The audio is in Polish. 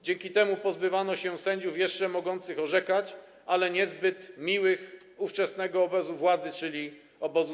Dzięki temu pozbywano się sędziów jeszcze mogących orzekać, ale niezbyt miłych ówczesnemu obozowi władzy, czyli obozowi